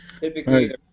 Typically